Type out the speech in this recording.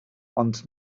ond